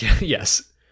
Yes